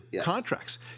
Contracts